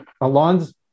Alon's